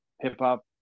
hip-hop